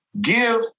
give